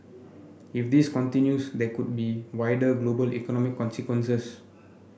if this continues there could be wider global economic consequences